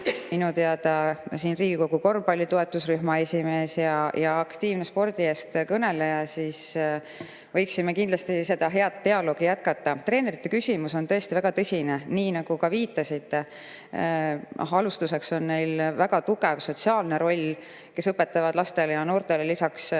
minu teada Riigikogu korvpalli toetusrühma aseesimees ja aktiivne spordi eest kõneleja, siis võiksime kindlasti seda head dialoogi jätkata. Treenerite küsimus on tõesti väga tõsine, nii nagu ka viitasite. Alustuseks on neil väga tugev sotsiaalne roll: nad õpetavad lastele ja noortele lisaks